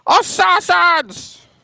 assassins